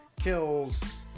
kills